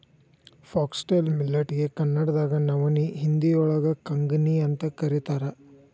foxtail millet ಗೆ ಕನ್ನಡದಾಗ ನವನಿ, ಹಿಂದಿಯೋಳಗ ಕಂಗ್ನಿಅಂತ ಕರೇತಾರ